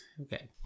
Okay